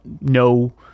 no